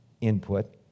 input